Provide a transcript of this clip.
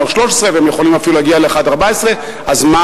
והם יכולים אפילו להגיע לינואר 14'. אז מה